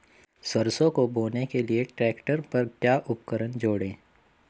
सरसों को बोने के लिये ट्रैक्टर पर क्या उपकरण जोड़ें?